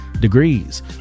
Degrees